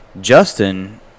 Justin